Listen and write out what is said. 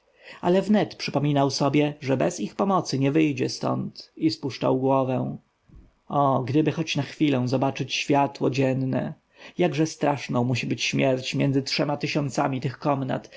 ale wnet przypomniał sobie że bez ich pomocy nie wyjdzie stąd i spuszczał głowę o gdyby choć na chwilę zobaczyć światło dzienne jakże straszną musi być śmierć między trzema tysiącami tych komnat